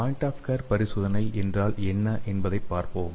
point of care பரிசோதனை என்றால் என்ன என்பதைப் பார்ப்போம்